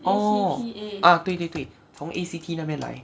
orh 对对对从 A C T 那边来